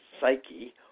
psyche